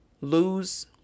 lose